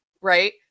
right